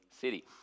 city